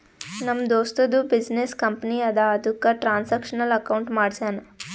ನಮ್ ದೋಸ್ತದು business company ಅದಾ ಅದುಕ್ಕ ಟ್ರಾನ್ಸ್ಅಕ್ಷನಲ್ ಅಕೌಂಟ್ ಮಾಡ್ಸ್ಯಾನ್